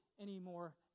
anymore